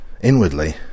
inwardly